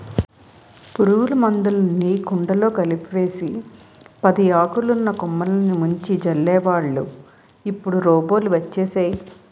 పురుగుల మందులుని కుండలో కలిపేసి పదియాకులున్న కొమ్మలిని ముంచి జల్లేవాళ్ళు ఇప్పుడు రోబోలు వచ్చేసేయ్